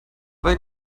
weil